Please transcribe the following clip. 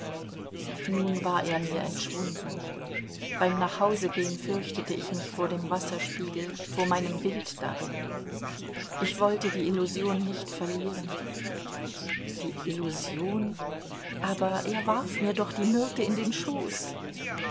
nun war er mir entschwunden beim nachhausegehen fürchtete ich mich vor dem wasserspiegel vor meinem bild darin ich wollte die illusion nicht verlieren die illusion aber er warf mir doch die myrte in den schoß